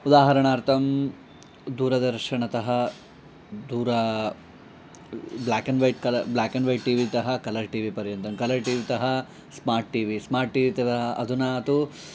उदाहरणार्थं दूरदर्शनतः दूरा ब्लाक् अन्ड् वैट् कल ब्लाक् अन्ड् वैट् टीवीतः कलर् टीवी पर्यन्तं कल टीवीतः स्मार्ट् टीवी स्मार्ट् टीवी तदा अधुना तु